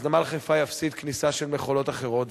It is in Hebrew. נמל חיפה יפסיד כניסה של מכולות אחרות.